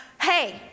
Hey